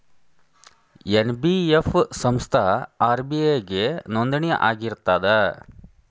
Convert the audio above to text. NBF ಸಂಸ್ಥಾ RBI ಗೆ ನೋಂದಣಿ ಆಗಿರ್ತದಾ?